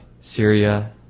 Syria